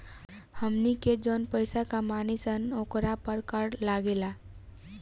हमनी के जौन पइसा कमानी सन ओकरा पर कर लागेला